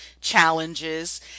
challenges